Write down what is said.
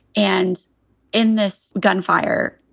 and in this gunfire,